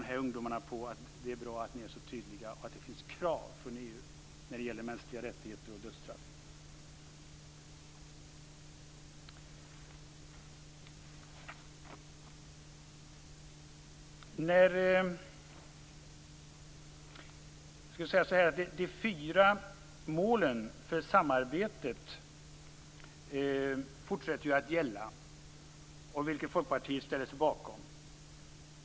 De här ungdomarna menar att det är bra att vi är så tydliga och att det finns krav från EU när det gäller mänskliga rättigheter och dödsstraff. De fyra målen för samarbetet fortsätter att gälla, vilket Folkpartiet ställer sig bakom.